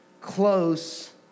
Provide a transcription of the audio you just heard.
close